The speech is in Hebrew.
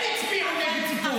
הם הצביעו נגד סיפוח.